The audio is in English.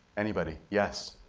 anybody? yes?